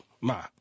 ma